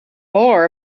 more